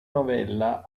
novella